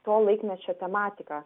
to laikmečio tematika